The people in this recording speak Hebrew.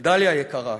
דליה היקרה,